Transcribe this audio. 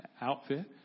outfit